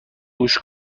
گوش